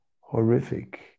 horrific